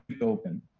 open